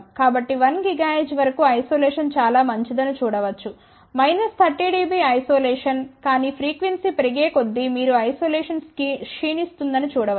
కాబట్టి 1 GHz వరకు isolation చాలా మంచిదని చూడవచ్చు 30 dB ఐసోలేషన్ కానీ ఫ్రీక్వెన్సీ పెరిగే కొద్దీ మీరు ఐసోలేషన్ క్షీణిస్తుందని చూడవచ్చు